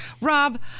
Rob